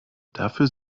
dafür